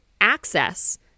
access